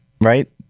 right